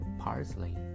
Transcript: parsley